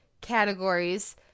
categories